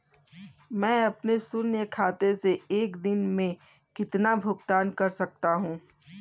मैं अपने शून्य खाते से एक दिन में कितना भुगतान कर सकता हूँ?